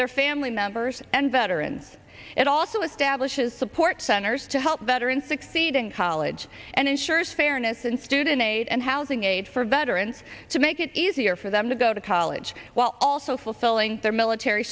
their family members and veterans it also establishes support centers to help veterans succeed in college and ensures fairness in student aid and housing aid for the utterance to make it easier for them to go to college while also fulfilling their military